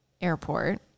airport